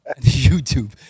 YouTube